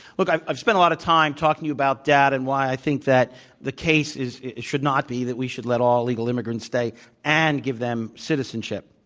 look, i've i've spent a lot of time talking to you about data and why i think that the case is it should not be that we should let all illegal immigrants stay and give them citizenship.